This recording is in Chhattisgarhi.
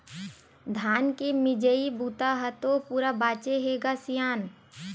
धान के मिजई बूता ह तो पूरा बाचे हे ग सियान